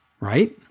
right